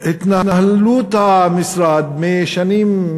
התנהלות המשרד משנים,